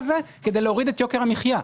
כדי להוריד את יוקר המחיה.